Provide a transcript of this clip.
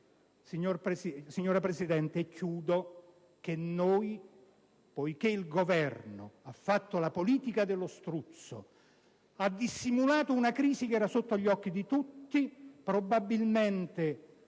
terminare desidero solo dire che, poiché il Governo ha fatto la politica dello struzzo e ha dissimulato una crisi che era sotto gli occhi di tutti, noi, probabilmente